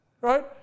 right